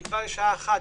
אם נקבע בשעה 13:00,